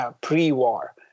pre-war